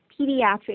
pediatric